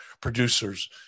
producers